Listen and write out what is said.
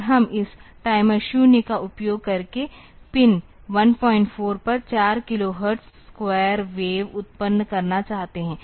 और हम इस टाइमर 0 का उपयोग करके पिन 14 पर 4 किलोहर्ट्ज़ स्क्वायर वेव उत्पन्न करना चाहते हैं